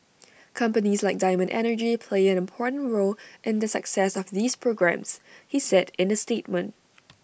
companies like diamond energy play an important role in the success of these programmes he said in A statement